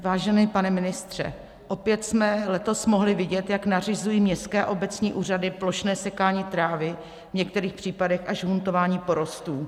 Vážený pane ministře, opět jsme letos mohli vidět, jak nařizují městské a obecní úřady plošné sekání trávy, v některých případech až huntování porostů.